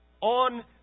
on